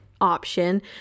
option